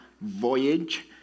voyage